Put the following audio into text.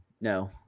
No